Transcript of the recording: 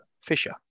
Fisher